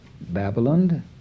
Babylon